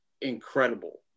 incredible